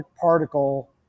particle